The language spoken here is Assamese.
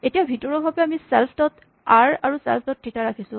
এতিয়া ভিতৰুৱাভাৱে আমি ছেল্ফ ডট আৰ আৰু ছেল্ফ ডট থিতা ৰাখিছোঁ